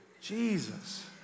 Jesus